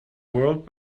world